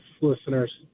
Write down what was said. listeners